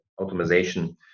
automation